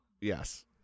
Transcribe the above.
yes